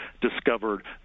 discovered